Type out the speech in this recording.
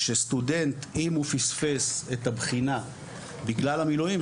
שסטודנט אם הוא פספס את הבחינה בגלל המילואים,